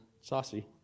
saucy